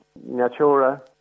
natura